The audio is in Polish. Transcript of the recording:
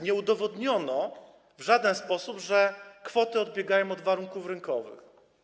Nie udowodniono w żaden sposób, że kwoty odbiegają od warunków rynkowych.